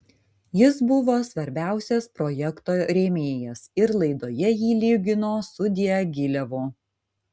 jis buvo svarbiausias projekto rėmėjas ir laidoje jį lygino su diagilevu